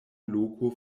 loko